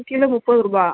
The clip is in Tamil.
கிலோ முப்பதுரூபாய்